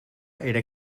era